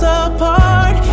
apart